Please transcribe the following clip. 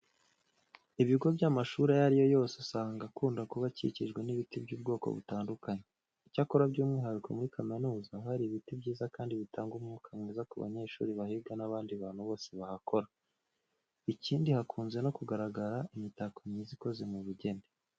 Ibigo byinshi by'amashuri ayo ari yo yose usanga akunda kuba akikijwe n'ibiti by'ubwoko butandukanye. Icyakora by'umwihariko muri kaminuza haba hari ibiti byiza kandi bitanga umwuka mwiza ku banyeshuri bahiga n'abandi bantu bose bahakora. Ikindi hakunze no kugaragara imitako myiza ikoze mu bugeni.